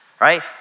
right